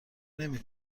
نمی